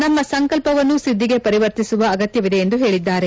ನಮ್ಮ ಸಂಕಲ್ಪವನ್ನು ಸಿದ್ದಿಗೆ ಪರಿವರ್ತಿಸುವ ಅಗತ್ಯವಿದೆ ಎಂದು ಹೇಳಿದ್ದಾರೆ